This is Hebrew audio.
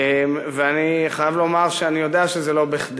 ואני חייב לומר שאני יודע שזה לא בכדי.